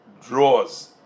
draws